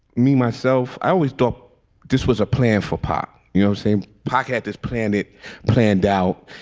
me, myself, i always thought this was a planful pop. you know, same pocket as planned, it planned out.